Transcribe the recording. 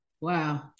wow